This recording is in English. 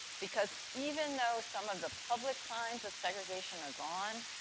because, even though some of the public signs of segregation are gone,